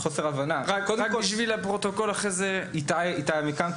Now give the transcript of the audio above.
איתי עמיקם,